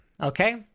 Okay